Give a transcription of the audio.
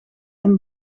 een